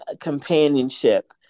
companionship